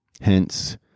Hence